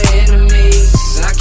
enemies